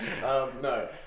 No